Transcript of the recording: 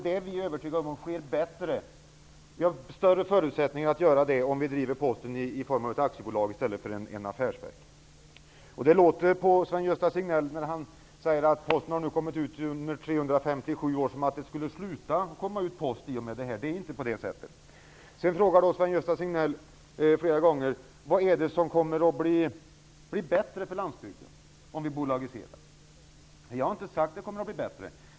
Vi är övertygade om att förutsättningarna för detta blir större om Posten drivs i form av aktiebolag i stället för i affärsverksform. Sven-Gösta Signell sade att posten nu har burits ut under 357 år. Det låter på Sven-Gösta Signell som att postutbärningen skulle upphöra i och med det här beslutet. Det är inte på det sättet. Sven-Gösta Signell frågade flera gånger vad det är som blir bättre för landsbygden om Posten bolagiseras. Jag har inte sagt att det kommer att bli bättre.